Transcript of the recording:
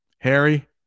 Harry